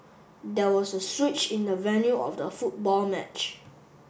there was a switch in the venue of the football match